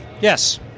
Yes